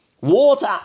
water